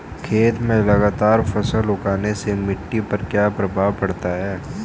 खेत में लगातार फसल उगाने से मिट्टी पर क्या प्रभाव पड़ता है?